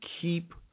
keep